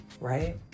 right